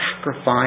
sacrifice